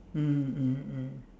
mm mm mm